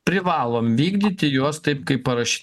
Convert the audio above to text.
privalom vykdyti juos taip kaip paraš